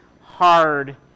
hard